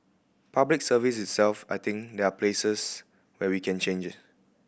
Public Service itself I think there are places where we can change